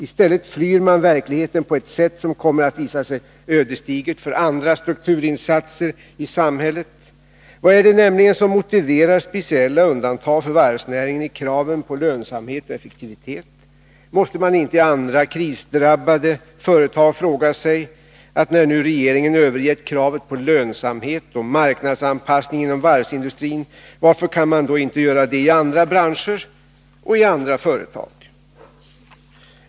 I stället flyr man verkligheten på ett sätt som kommer att visa sig ödesdigert för andra strukturinsatser i samhället. Vad är det nämligen som motiverar speciella undantag för varvsnäringen i kraven på lönsamhet och effektivitet? Måste man inte i andra krisdrabbade företag fråga sig: När nu regeringen övergett kravet på lönsamhet och marknadsanpassning inom varvsindustrin, varför kan man då inte göra det i andra branscher och i andra företag?